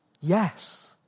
yes